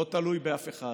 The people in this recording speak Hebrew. לא תלוי באף אחד.